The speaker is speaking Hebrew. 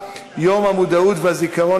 אין לך זמן כאשר יש סגר,